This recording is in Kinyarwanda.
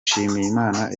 nshimiyimana